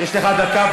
יש לך דקה.